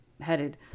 headed